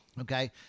Okay